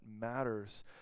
matters